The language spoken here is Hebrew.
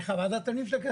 ועדת הפנים של הכנסת,